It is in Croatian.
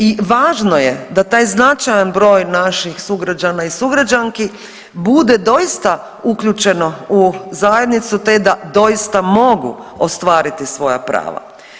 I važno je da taj značajan broj naših sugrađana i sugrađanki bude doista uključeno u zajednicu te da doista mogu ostvariti svoja prava.